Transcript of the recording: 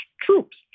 troops